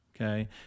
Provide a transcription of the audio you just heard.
okay